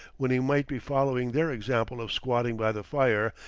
when he might be following their example of squatting by the fire,